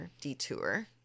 detour